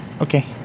okay